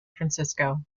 francisco